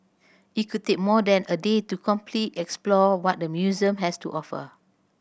it could take more than a day to complete explore what the museum has to offer